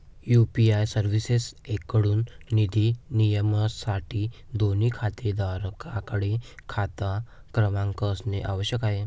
UPI सर्व्हिसेसएकडून निधी नियमनासाठी, दोन्ही खातेधारकांकडे खाता क्रमांक असणे आवश्यक आहे